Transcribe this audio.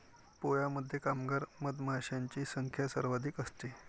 पोळ्यामध्ये कामगार मधमाशांची संख्या सर्वाधिक असते